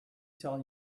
tell